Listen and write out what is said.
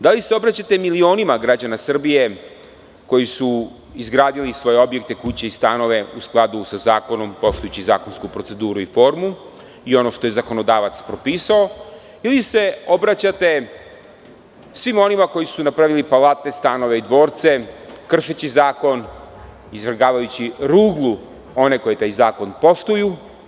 Da li se obraćate milionima građana Srbije koji su izgradili svoje objekte, kuće i stanove u skladu sa zakonom, poštujući zakonsku proceduru i formu i ono što je zakonodavac propisao, ili se obraćate svima onima koji su napravili palate, stanove i dvorce, kršeći zakon, izvrgavajući ruglu one koji taj zakon poštuju?